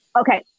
okay